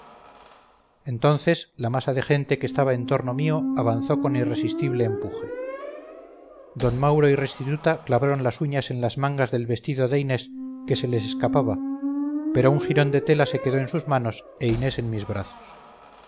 entonces la masa de gente que estaba en torno mío avanzó con irresistible empuje d mauro y restituta clavaron las uñas en las mangas del vestidode inés que se les escapaba pero un jirón de tela se quedó en sus manos e inés en mis brazos